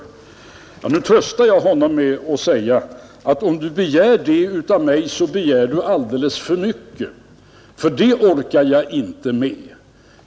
Jag tröstade honom med att säga att om du begär det av mig så begär du alldeles för mycket — det orkar jag inte med.